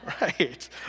right